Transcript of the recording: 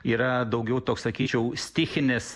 yra daugiau toks sakyčiau stichinis